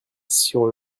sur